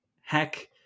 heck